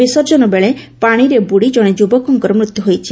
ବିସର୍ଜନ ବେଳେ ପାଶିରେ ବୁଡ଼ି ଜଶେ ଯୁବକଙ୍କର ମୃତ୍ୟୁ ହୋଇଛି